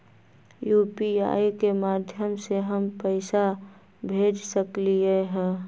UPI के माध्यम से हम पैसा भेज सकलियै ह?